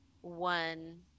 one